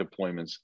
deployments